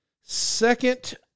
second